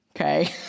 Okay